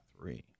Three